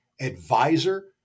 advisor